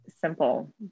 simple